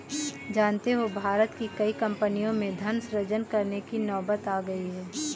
जानते हो भारत की कई कम्पनियों में धन सृजन करने की नौबत आ गई है